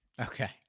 Okay